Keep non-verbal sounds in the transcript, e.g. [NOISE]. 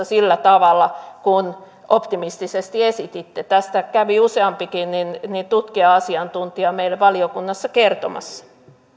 [UNINTELLIGIBLE] sillä tavalla kun optimistisesti esititte tästä kävi useampikin tutkija asiantuntija meille valiokunnassa kertomassa